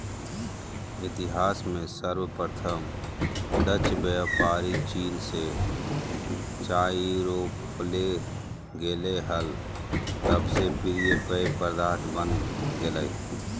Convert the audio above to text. इतिहास में सर्वप्रथम डचव्यापारीचीन से चाययूरोपले गेले हल तब से प्रिय पेय पदार्थ बन गेलय